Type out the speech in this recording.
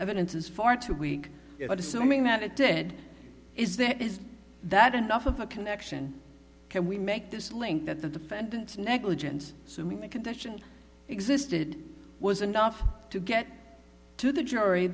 evidence is far too weak but assuming that it ted is that is that enough of a connection can we make this link that the defendant negligence so mean the condition existed was enough to get to the jury